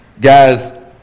guys